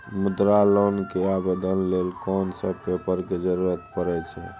मुद्रा लोन के आवेदन लेल कोन सब पेपर के जरूरत परै छै?